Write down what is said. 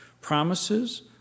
Promises